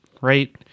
right